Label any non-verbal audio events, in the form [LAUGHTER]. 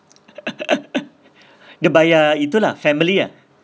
[LAUGHS] dia bayar itu lah family ah